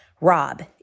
Rob